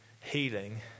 healing